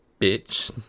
bitch